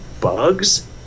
bugs